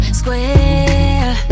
square